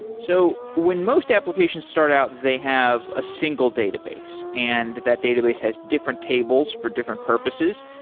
so when most applications start out, they have a single database, and that database has different tables for different purposes.